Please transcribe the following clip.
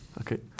Okay